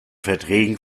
verträgen